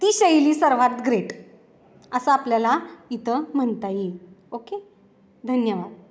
ती शैली सर्वात ग्रेट असं आपल्याला इथं म्हणता येईल ओके धन्यवाद